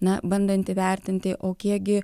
na bandant įvertinti o kiekgi